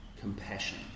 compassion